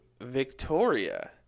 Victoria